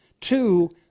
two